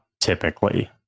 typically